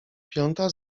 piąta